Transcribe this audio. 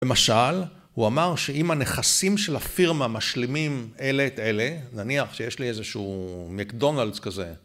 למשל, הוא אמר שאם הנכסים של הפירמה משלימים אלה את אלה, נניח שיש לי איזשהו מקדונלדס כזה.